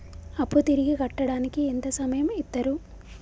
అప్పు తిరిగి కట్టడానికి ఎంత సమయం ఇత్తరు?